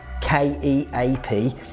K-E-A-P